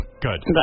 Good